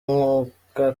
mwuka